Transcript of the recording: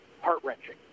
heart-wrenching